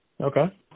Okay